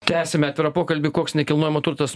tęsiame pokalbį koks nekilnojamo turtas